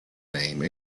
name